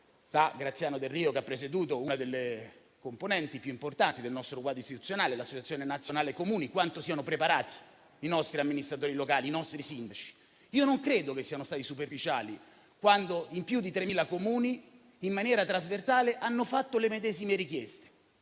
Graziano Delrio, che ha presieduto una delle componenti più importanti del nostro quadro istituzionale, l'Associazione nazionale Comuni, sa quanto siano preparati i nostri amministratori locali, i nostri sindaci. Non credo che siano stati superficiali quando, in più di 3.000 Comuni e in maniera trasversale, hanno fatto le medesime richieste.